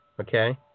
okay